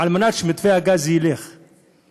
כדי שמתווה הגז יעבור,